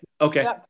Okay